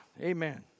Amen